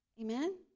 Amen